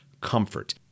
comfort